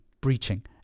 breaching